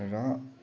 र